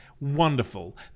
Wonderful